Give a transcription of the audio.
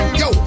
yo